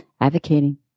advocating